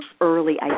early